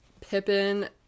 Pippin